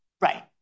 right